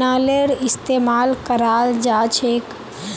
नलेर इस्तेमाल कराल जाछेक